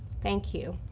thank you.